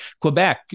Quebec